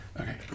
Okay